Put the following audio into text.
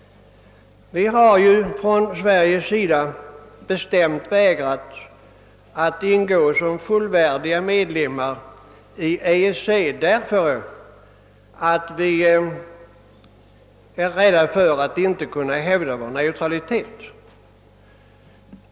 Vi har ju från Sveriges sida bestämt vägrat att ingå som fullvärdig medlem i EEC därför att vi är rädda för att inte kunna hävda vår neutralitet.